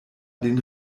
den